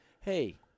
hey